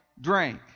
drink